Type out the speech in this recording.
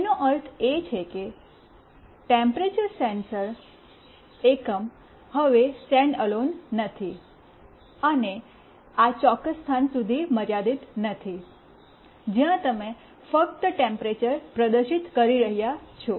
તેનો અર્થ એ છે કે ટેમ્પરેચર્ સેન્સિંગ એકમ હવે સ્ટેન્ડઅલોન નથી અને આ ચોક્કસ સ્થાન સુધી મર્યાદિત નથી જ્યાં તમે ફક્ત ટેમ્પરેચર્ પ્રદર્શિત કરી રહ્યા છો